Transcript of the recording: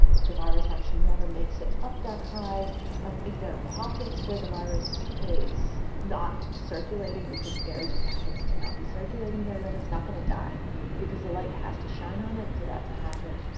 if the virus actually never makes it up that high and if there are pockets where the virus is not circulating because air just happens to not be circulating there, then it's not going to die because the light has to shine on it for that to happen.